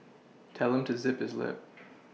tell him to zip his lip